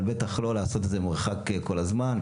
אבל בטח לא לעשות את זה מרחק כל הזמן,